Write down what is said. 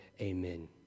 Amen